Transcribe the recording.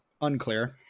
Unclear